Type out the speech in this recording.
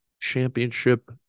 championship